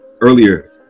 Earlier